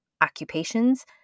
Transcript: occupations